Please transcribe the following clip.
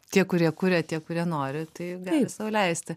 tie kurie kuria tie kurie nori tai gali sau leisti